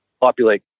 populate